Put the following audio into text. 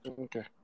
Okay